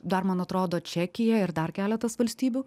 dar man atrodo čekija ir dar keletas valstybių